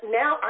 now